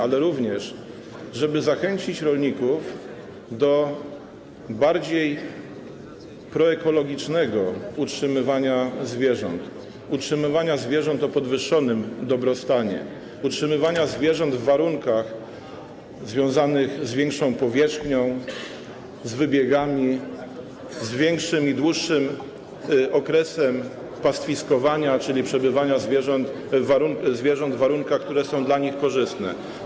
Ale również, żeby zachęcić rolników do bardziej proekologicznego utrzymywania zwierząt, utrzymywania zwierząt o podwyższonym dobrostanie, utrzymywania zwierząt w warunkach związanych z większą powierzchnią, z wybiegami, z większym i dłuższym okresem pastwiskowania, czyli przebywania zwierząt w warunkach, które są dla nich korzystne.